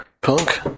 Punk